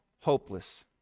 hopeless